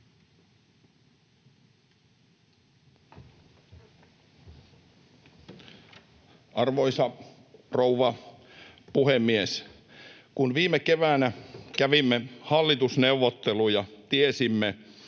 Arvoisa rouva puhemies! Kun viime keväänä kävimme hallitusneuvotteluja, tiesimme,